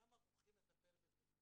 אינם ערוכים לטפל בזה.